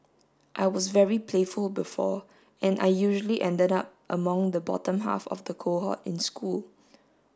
I was very playful before and I usually ended up among the bottom half of the cohort in school